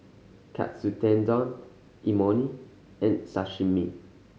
Katsu Tendon Imoni and Sashimi